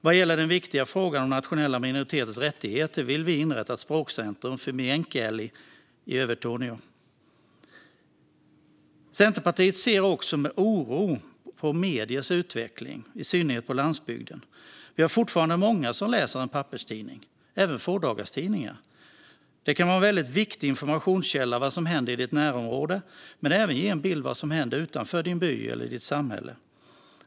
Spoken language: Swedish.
Vad gäller den viktiga frågan om nationella minoriteters rättigheter vill vi inrätta ett språkcentrum för meänkieli i Övertorneå. Centerpartiet ser också med oro på mediers utveckling, i synnerhet på landsbygden. Vi har fortfarande många som läser en papperstidning, även fådagarstidningar. De kan vara en väldigt viktig informationskälla när det gäller vad som händer i ditt närområde men även ge en bild av vad som händer utanför din by eller ditt samhälle.